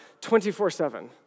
24-7